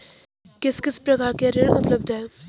किस किस प्रकार के ऋण उपलब्ध हैं?